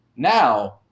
Now